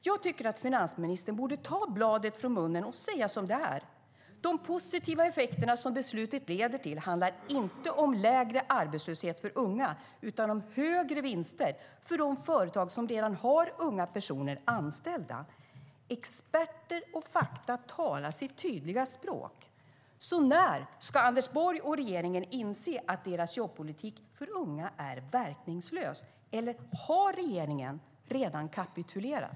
Jag tycker att finansministern borde ta bladet från munnen och säga som det är, att de positiva effekterna som beslutet leder till inte handlar om lägre arbetslöshet bland unga utan om högre vinster för de företag som redan har unga personer anställda. Experter och fakta talar sitt tydliga språk. När ska Anders Borg och regeringen inse att deras jobbpolitik för unga är verkningslös? Eller har regeringen redan kapitulerat?